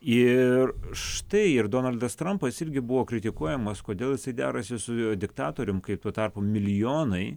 ir štai ir donaldas trampas irgi buvo kritikuojamas kodėl derasi su diktatoriumi kai tuo tarpu milijonai